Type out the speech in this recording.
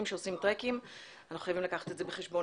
שעושים טרקים אנחנו חייבים לקחת את זה בחשבון.